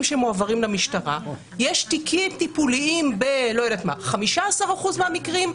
שמועברים למשטרה יש תיקים טיפוליים ב-15% מהמקרים,